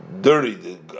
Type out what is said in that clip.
dirty